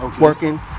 working